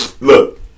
Look